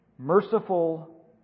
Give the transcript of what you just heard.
Merciful